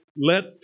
Let